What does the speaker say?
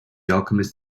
alchemist